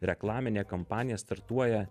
reklaminė kampanija startuoja